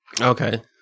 Okay